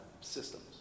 systems